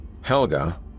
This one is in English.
Helga